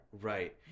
Right